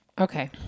Okay